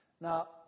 Now